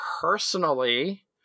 personally